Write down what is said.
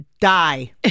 Die